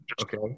okay